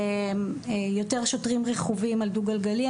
יותר שוטרים רכובים על דו גלגלי,